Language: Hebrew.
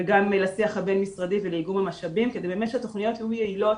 וגם לשיח הבין-משרדי ולאיגום המשאבים כדי באמת שהתוכניות יהיו יעילות